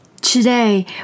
Today